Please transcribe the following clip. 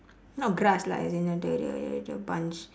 not grass lah as in the the the bunch